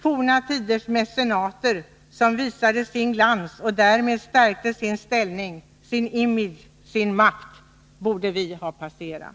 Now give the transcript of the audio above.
Forna tiders mecenater som visade sin glans och därmed stärkte sin ställning, sin image, sin makt, borde vi ha passerat.